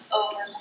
over